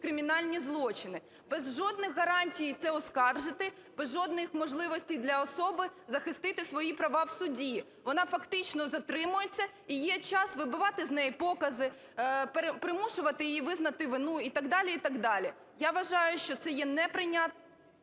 кримінальні злочини. Без жодних гарантій це оскаржити, без жодних можливостей для особи захистити свої права в суді, вона фактично затримується і є час вибивати з неї покази, примушувати її визнати вину і так далі, і так далі. Я вважаю, що це неприйнятним…